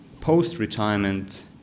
post-retirement